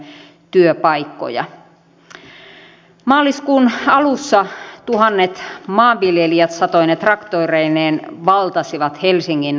maaliskuun alussa tuhannet maanviljelijät satoine traktoreineen valtasivat helsingin kadut